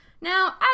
Now